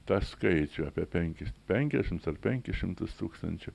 tą skaičių apie penkis penkiasdešim ar penkis šimtus tūkstančių